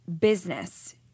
business